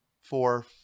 four